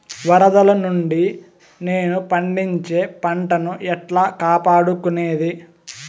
వరదలు నుండి నేను పండించే పంట ను ఎట్లా కాపాడుకునేది?